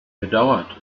gedauert